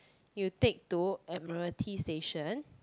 you take to Admiralty station